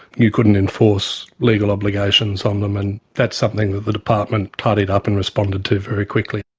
you couldn't enforce legal obligations on them. and that's something that the department tidied up and responded to very quickly.